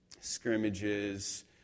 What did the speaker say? scrimmages